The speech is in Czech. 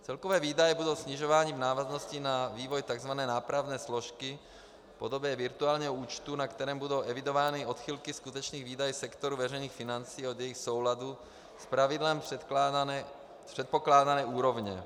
Celkové výdaje budou snižovány v návaznosti na vývoj tzv. nápravné složky v podobě virtuálního účtu, na kterém budou evidovány odchylky skutečných výdajů sektoru veřejných financí od jejich souladu s pravidlem předpokládané úrovně.